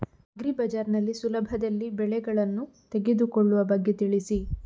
agri Bazaar ನಲ್ಲಿ ಸುಲಭದಲ್ಲಿ ಬೆಳೆಗಳನ್ನು ತೆಗೆದುಕೊಳ್ಳುವ ಬಗ್ಗೆ ತಿಳಿಸಿ